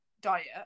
diet